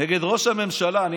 נגד ראש הממשלה, מתי התשובה?